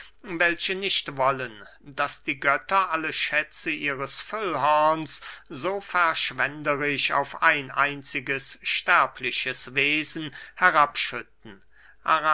welche nicht wollen daß die götter alle schätze ihres füllhorns so verschwenderisch auf ein einziges sterbliches wesen herabschütten